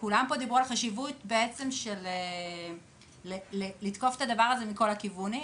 כולם פה דיברו על החשיבות של לתקוף את הדבר הזה מכל הכיוונים,